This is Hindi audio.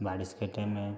बारिश के टाइम में